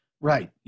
Right